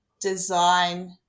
design